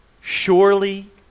Surely